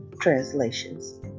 translations